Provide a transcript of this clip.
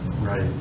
Right